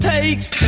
Takes